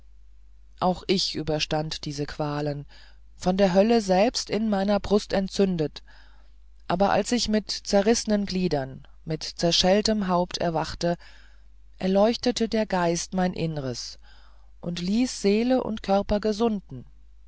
auch ich überstand diese qualen von der hölle selbst in meiner brust entzündet aber als ich mit zerrissenen gliedern mit zerschelltem haupt erwachte erleuchtete der geist mein innres und ließ seele und körper gesunden